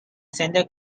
santa